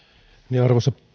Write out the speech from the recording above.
kautta arvoisa